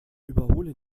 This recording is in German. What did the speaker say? überhole